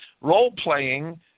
role-playing